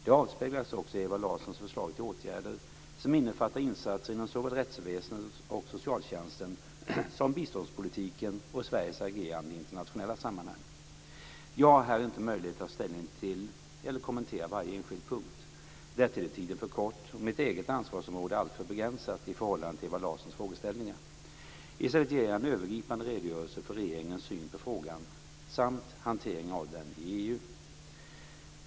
Det avspeglas också i Ewa Larssons förslag till åtgärder, som innefattar insatser inom såväl rättsväsendet och socialtjänsten som biståndspolitiken och Sveriges agerande i internationella sammanhang. Jag har här inte möjlighet att ta ställning till eller kommentera varje enskild punkt. Därtill är tiden för kort och mitt eget ansvarsområde alltför begränsat i förhållande till Ewa Larssons frågeställningar. I stället ger jag en övergripande redogörelse för regeringens syn på frågan samt hanteringen av den i EU.